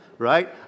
right